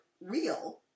real